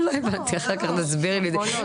אחר כך תסבירי לי את זה.